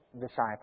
disciple